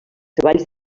treballs